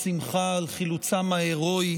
כמובן בצד השמחה על חילוצם ההירואי